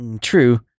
True